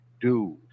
dude